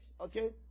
Okay